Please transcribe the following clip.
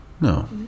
No